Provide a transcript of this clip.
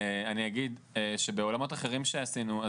אני אגיד שבעולמות אחרים שעשינו,